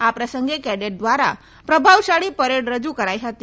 આ પ્રસંગે કેડેટ ધ્વારા પ્રભાવશાળી પરેડ રજુ કરાઇ હતી